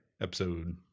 episode